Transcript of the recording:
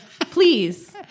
please